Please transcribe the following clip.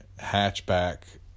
hatchback